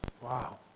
Wow